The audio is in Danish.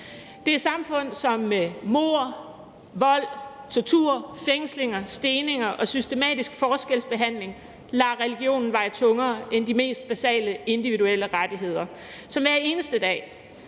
Det er samfund, som med mord, vold, tortur, fængslinger, steninger og systematisk forskelsbehandling lader religionen veje tungere end de mest basale individuelle rettigheder, og som hver eneste dag